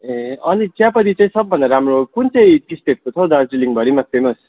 ए अनि चियापत्ती चाहिँ सबभन्दा राम्रो कुन चाहिँ टी स्टेटको छ हौ दार्जिलिङभरिमा फेमस